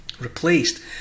replaced